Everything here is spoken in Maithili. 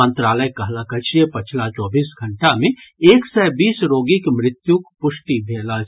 मंत्रालय कहलक अछि जे पछिला चौबीस घंटा मे एक सय बीस रोगीक मृत्युक पृष्टि भेल अछि